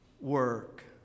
work